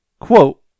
quote